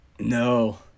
No